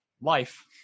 life